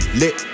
lit